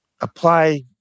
apply